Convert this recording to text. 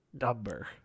number